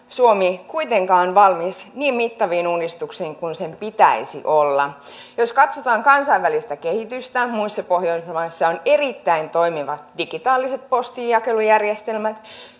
suomi kuitenkaan valmis niin mittaviin uudistuksiin kuin sen pitäisi olla jos katsotaan kansainvälistä kehitystä muissa pohjoismaissa on erittäin toimivat digitaaliset postinjakelujärjestelmät